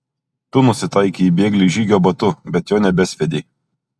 tu nusitaikei į bėglį žygio batu bet jo nebesviedei